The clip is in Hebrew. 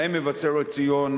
בהם מבשרת-ציון,